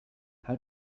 how